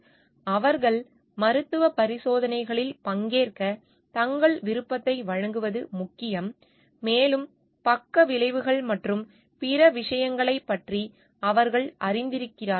அவர்கள் மருத்துவ பரிசோதனைகளில் பங்கேற்க தங்கள் விருப்பத்தை வழங்குவது முக்கியம் மேலும் பக்க விளைவுகள் மற்றும் பிற விஷயங்களைப் பற்றி அவர்கள் அறிந்திருக்கிறார்கள்